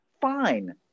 fine